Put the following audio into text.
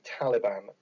Taliban